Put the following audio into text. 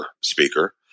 speaker